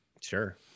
sure